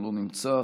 לא נמצא,